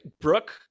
Brooke